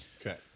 okay